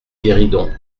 guéridon